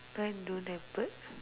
mine don't have birds